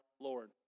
Lord